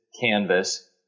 canvas